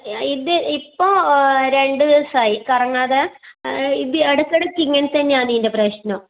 ഇത് ഇപ്പോൾ രണ്ട് ദിവസമായി കറങ്ങാതെ ഇത് ഇടയ്ക്കിടക്ക് ഇങ്ങനെത്തന്നെയാണ് ഇതിൻ്റെ പ്രശ്നം